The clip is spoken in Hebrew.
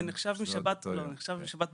זה נחשב משבת בבוקר,